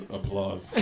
applause